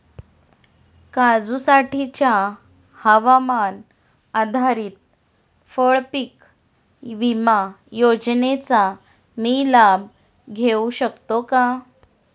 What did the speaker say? काजूसाठीच्या हवामान आधारित फळपीक विमा योजनेचा मी लाभ घेऊ शकतो का?